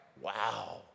wow